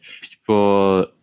people